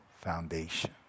foundation